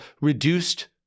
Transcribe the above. reduced